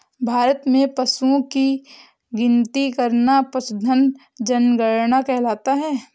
भारत में पशुओं की गिनती करना पशुधन जनगणना कहलाता है